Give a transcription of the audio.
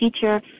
teacher